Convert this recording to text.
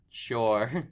Sure